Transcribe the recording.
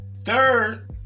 Third